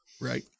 right